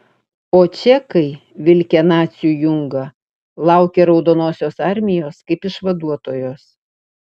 o čekai vilkę nacių jungą laukė raudonosios armijos kaip išvaduotojos